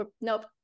nope